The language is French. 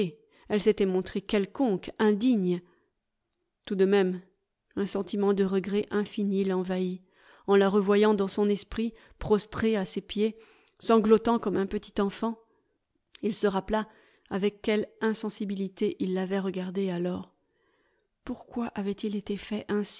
elle s'était montrée quelconque indigne tout de même un sentiment de regret infini l'envahit en la revoyant dans son esprit prostrée à ses pieds sanglotant comme un petit enfant il se rappela avec quelle insensibilité il l'avait regardée alors pourquoi avait-il été fait